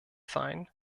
sein